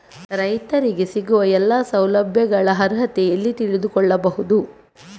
ರೈತರಿಗೆ ಸಿಗುವ ಎಲ್ಲಾ ಸೌಲಭ್ಯಗಳ ಅರ್ಹತೆ ಎಲ್ಲಿ ತಿಳಿದುಕೊಳ್ಳಬಹುದು?